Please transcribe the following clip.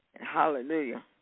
Hallelujah